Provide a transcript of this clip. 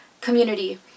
community